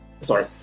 sorry